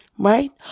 Right